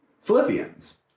Philippians